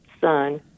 son